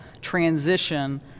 transition